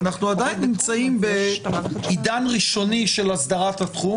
ואנחנו עדיין נמצאים בעידן ראשוני של הסדרת התחום